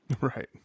Right